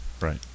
Right